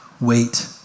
Wait